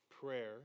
prayer